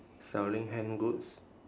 selling hand goods